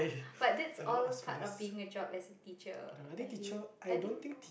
but that's all part of being a job as a teacher I feel I think